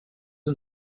and